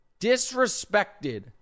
disrespected